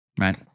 Right